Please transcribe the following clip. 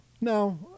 no